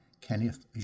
Kenneth